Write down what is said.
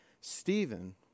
Stephen